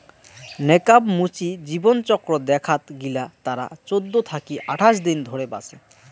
নেকাব মুচি জীবনচক্র দেখাত গিলা তারা চৌদ্দ থাকি আঠাশ দিন ধরে বাঁচে